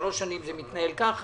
שלוש שנים זה מתנהל ככה.